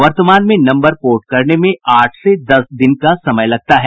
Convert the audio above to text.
वर्तमान में number port करने में आठ से दस दिन का समय लगता है